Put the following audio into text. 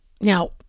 Now